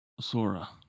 Sora